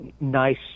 nice